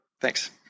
Thanks